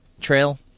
trail